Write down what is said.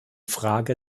frage